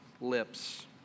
lips